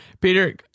Peter